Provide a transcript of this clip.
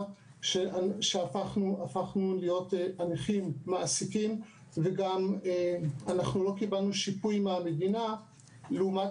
שהפכנו להיות נכים מעסיקים ולא קיבלנו שיפוי מהמדינה לעומת